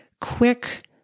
quick